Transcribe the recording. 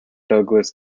douglas